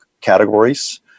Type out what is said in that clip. categories